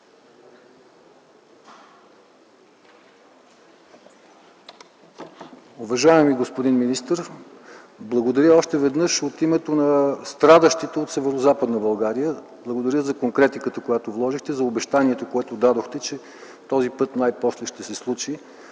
Благодаря за конкретиката, която говорихте, за обещанието, което дадохте, че този път най-после ще се случи.